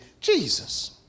Jesus